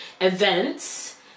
events